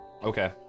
Okay